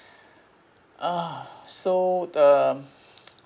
uh so um